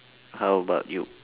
how about you